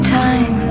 time